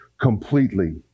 completely